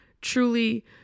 Truly